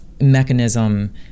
Mechanism